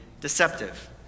deceptive